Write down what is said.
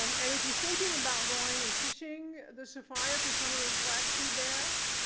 um and if you're thinking about going and fishing the sophia for some of those black sea bass,